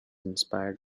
inspired